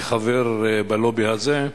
כחבר בלובי הזה,